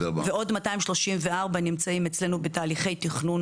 עוד 234 נמצאים אצלנו בתהליכי תכנון